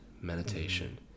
meditation